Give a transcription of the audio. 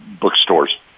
bookstores